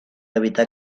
evitar